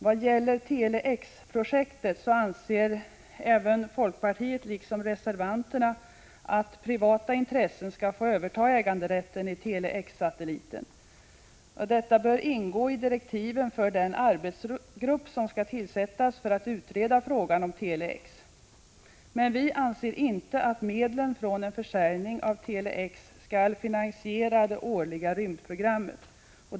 Vad gäller Tele-X-projektet anser folkpartiet liksom reservanterna att privata intressen skall få överta äganderätten till Tele-X-satelliten. Detta bör ingå i direktiven för den arbetsgrupp som skall tillsättas för att utreda frågan om Tele-X. Vi anser dock inte att medlen från en försäljning av Tele-X skall finansiera det årliga rymdprogrammet.